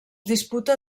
disputa